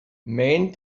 men